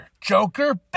Joker